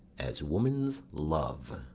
as woman's love.